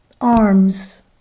arms